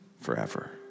forever